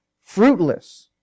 fruitless